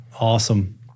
Awesome